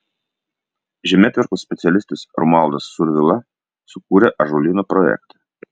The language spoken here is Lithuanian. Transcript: žemėtvarkos specialistas romualdas survila sukūrė ąžuolyno projektą